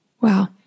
Wow